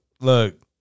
Look